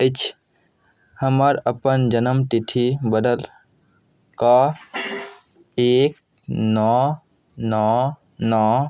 अछि हमर अपन जनम तिथि बदलि कऽ एक नओ नओ नओ